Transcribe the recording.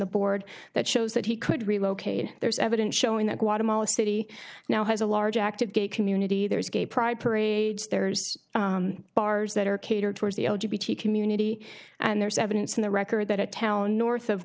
the board that shows that he could relocate there's evidence showing that guatemala city now has a large active gay community there is gay pride parades there's bars that are cater towards the old beauty community and there's evidence in the record that a town north of